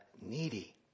needy